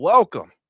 Welcome